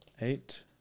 Eight